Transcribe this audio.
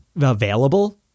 available